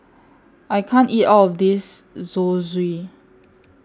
I can't eat All of This Zosui